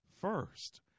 first